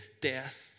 death